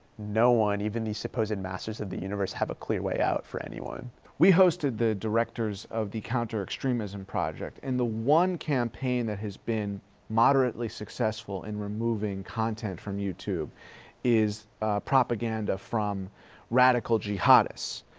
no one, even the supposed and masters of the universe have a clear way out for anyone. heffner we hosted the directors of the counter extremism project and the one campaign that has been moderately successful in removing content from youtube is propaganda from radical jihadists,